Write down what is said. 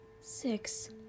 Six